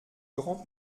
grand